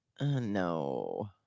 no